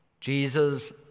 Jesus